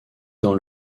dans